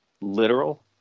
literal